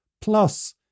plus